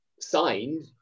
signed